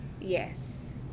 Yes